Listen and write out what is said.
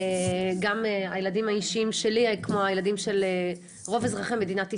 גם הילדים האישיים שלי כמו הילדים של רוב אזרחי מדינת ישראל.